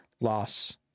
loss